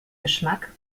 geschmack